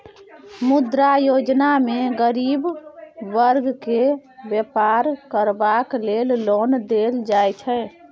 मुद्रा योजना मे गरीब बर्ग केँ बेपार करबाक लेल लोन देल जाइ छै